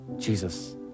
Jesus